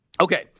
Okay